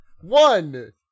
one